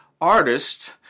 artists